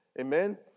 Amen